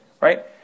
right